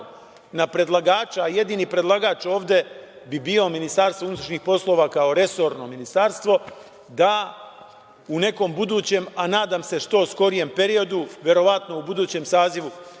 na predlagača, a jedini predlagač ovde bi bilo Ministarstvo unutrašnjih poslova, kao resorno ministarstvo, da u nekom budućem, a nadam se što skorijem periodu, verovatno u budućem sazivu